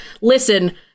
listen